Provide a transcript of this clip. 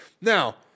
Now